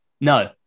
no